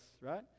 right